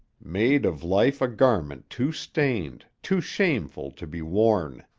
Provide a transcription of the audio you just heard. made of life a garment too stained, too shameful to be worn.